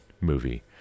movie